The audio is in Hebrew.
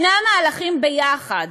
שני המהלכים ביחד,